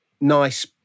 Nice